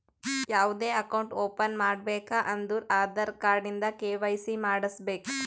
ಯಾವ್ದೇ account open ಮಾಡ್ಬೇಕ ಅಂದುರ್ ಆಧಾರ್ ಕಾರ್ಡ್ ಇಂದ ಕೆ.ವೈ.ಸಿ ಮಾಡ್ಸಬೇಕ್